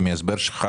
מההסבר שלך